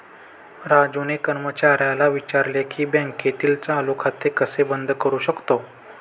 राजूने कर्मचाऱ्याला विचारले की बँकेतील चालू खाते कसे बंद करू शकतो?